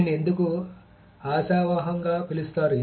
దీనిని ఎందుకు ఆశావహంగా పిలుస్తారు